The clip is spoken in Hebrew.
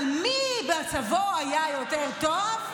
אבל מצבו של מי היה יותר טוב?